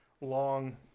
long